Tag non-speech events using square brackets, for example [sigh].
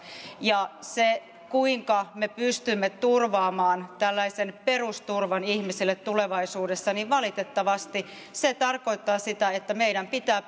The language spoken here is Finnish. se kuinka me pystymme turvaamaan tällaisen perusturvan ihmisille tulevaisuudessa valitettavasti tarkoittaa sitä että meidän pitää [unintelligible]